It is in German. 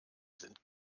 sind